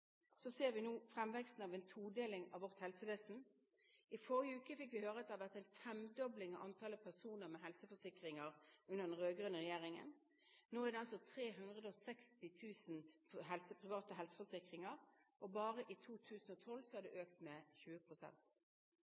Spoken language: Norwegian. ser vi nå fremveksten av en todeling av vårt helsevesen. I forrige uke fikk vi høre at det har vært en femdobling av antallet personer med helseforsikringer under den rød-grønne regjeringen. Nå er det altså 360 000 private helseforsikringer. Bare i 2012 har det økt med